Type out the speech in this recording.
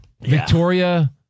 Victoria